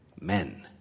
men